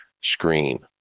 screen